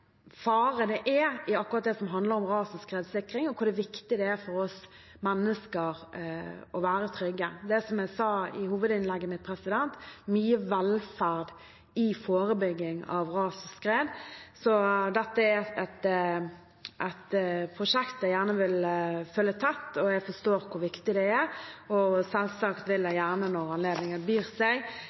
er i det som handler om ras- og skredsikring, og hvor viktig det er for oss mennesker å være trygge. Det er, som jeg sa i hovedinnlegget mitt, mye velferd i forebygging av ras og skred. Så dette er et prosjekt jeg gjerne vil følge tett, og jeg forstår hvor viktig det er. Selvsagt vil jeg gjerne, når anledningen byr seg,